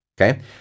Okay